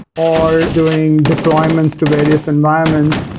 or doing deployments to various environments,